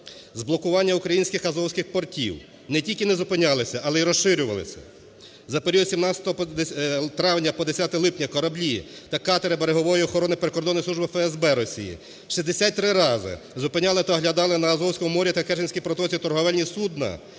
блокування українських азовських портів не тільки не зупинялися, але й розширювалися. За період з 17 травня по 10 липня кораблі та катери берегової охорони прикордонної служби ФСБ Росії 63 рази зупиняли та оглядали на Азовському морі та Керченській протоці торговельні судна,